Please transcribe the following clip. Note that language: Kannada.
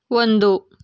ಒಂದು